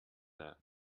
that